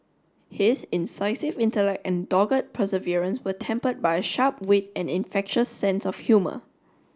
his incisive intellect and dogged perseverance were tempered by a sharp wit and infectious sense of humour